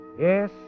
Yes